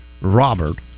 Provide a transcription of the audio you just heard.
Robert